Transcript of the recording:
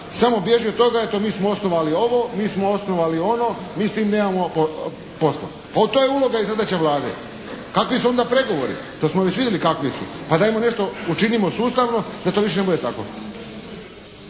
samo bježi od toga, eto mi smo osnovali ovo, mi smo osnovali ono, mi s tim nemamo posla. Pa to je uloga i zadaća Vlade. Kakvi su onda pregovori? To smo već vidjeli kakvi su. Pa dajmo nešto učinimo sustavno da to više ne bude tako.